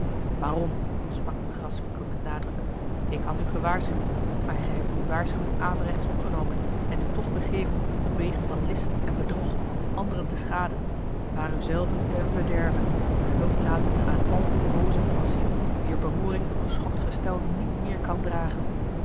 baron sprak nu graswinckel met nadruk ik had u gewaarschuwd maar gij hebt die waarschuwing averechts opgenomen en u toch begeven op wegen van list en bedrog om anderen te schaden maar u zelven ten verderve den loop latende aan al uwe booze passiën wier beroering uw geschokt gestel niet meer kan dragen